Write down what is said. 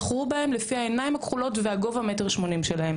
בחרו בהם לפי העיניים הכחולות והגובה 1.80 שלהם,